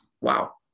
Wow